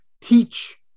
teach